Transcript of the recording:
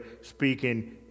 speaking